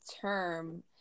term